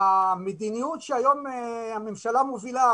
המדיניות שהיום הממשלה מובילה